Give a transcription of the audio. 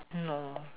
!hannor!